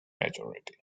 majority